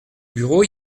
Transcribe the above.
bureau